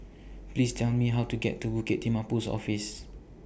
Please Tell Me How to get to Bukit Timah Post Office